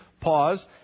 Pause